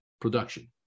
production